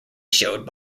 showed